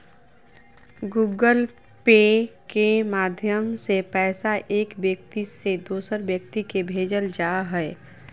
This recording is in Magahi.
गूगल पे के माध्यम से पैसा एक व्यक्ति से दोसर व्यक्ति के भेजल जा हय